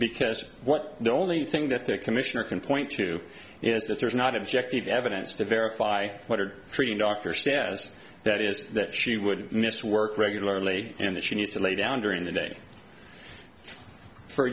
because what the only thing that the commissioner can point to is that there's not objective evidence to verify what or treating doctor says that is that she would miss work regularly and that she needs to lay down during the day for